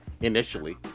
initially